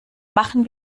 machen